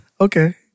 Okay